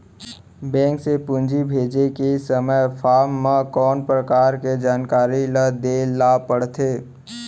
Bank से पूंजी भेजे के समय फॉर्म म कौन परकार के जानकारी ल दे ला पड़थे?